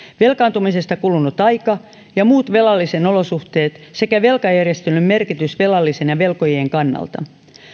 velkaantumisesta kulunut aika ja muut velallisen olosuhteet sekä velkajärjestelyn merkitys velallisen ja velkojien kannalta